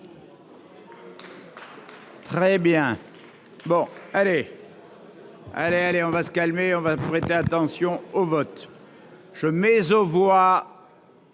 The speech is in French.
Très bien, bon, allez, allez, allez, on va se calmer, on va prêter attention au vote je mais aux voix.